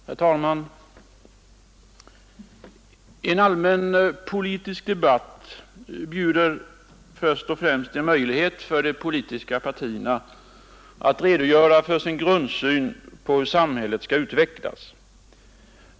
Herr talman! En allmänpolitisk debatt erbjuder först och främst en möjlighet för de politiska partierna att redogöra för sin grundsyn på hur samhället skall utvecklas.